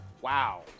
Wow